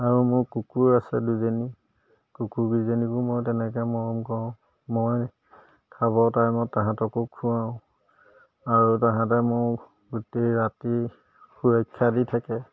আৰু মোৰ কুকুৰ আছে দুজনী কুকুৰ দুজনীকো মই তেনেকৈ মৰম কৰোঁ মই খাব টাইমত তাহাঁতকো খুৱাওঁ আৰু তাহাঁতে মোৰ গোটেই ৰাতি সুৰক্ষা দি থাকে